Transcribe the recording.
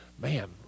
man